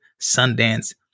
Sundance